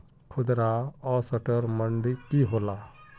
खुदरा असटर मंडी की होला?